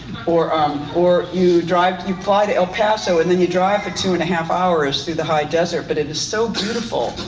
or um or you drive, fly to el paso and then you drive for two and a half hours through the high desert but it is so beautiful.